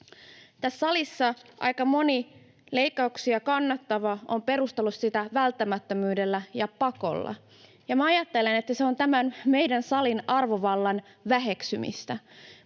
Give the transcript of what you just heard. salissa aika moni leikkauksia kannattava on perustellut sitä välttämättömyydellä ja pakolla. Ja minä ajattelen, että se on tämän meidän salin arvovallan väheksymistä.